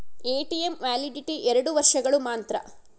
ATM validity ಎರಡು ವರ್ಷಗಳು ಮಾತ್ರ